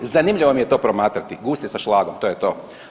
Zanimljivo mi je to promatrati, gusti sa šlagom to je to.